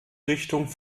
richtung